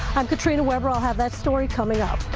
um katrina webber, ah have that story coming up.